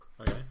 Okay